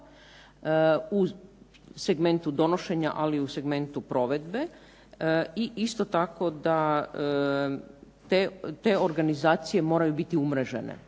u segmentu donošenja, ali i u segmentu provedbe i isto tako da te organizacije moraju biti umrežene.